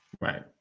Right